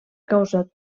causat